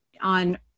on